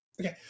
Okay